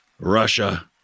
russia